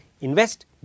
invest